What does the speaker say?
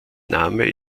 name